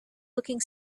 looking